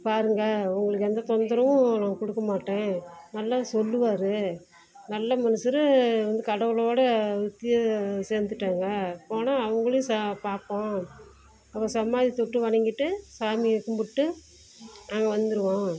பாருங்கள் உங்களுக்கு எந்த தொந்தரவும் நான் கொடுக்கமாட்டேன் நல்லா சொல்வாரு நல்ல மனுசன் கடவுளோடு சேர்ந்துட்டாங்க போனால் அவங்களையும் பார்ப்போம் அவர் சமாதியை தொட்டு வணங்கிட்டு சாமியை கும்பிட்டு நாங்கள் வந்துடுவோம்